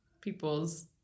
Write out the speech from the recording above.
people's